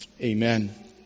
Amen